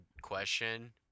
question